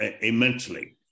immensely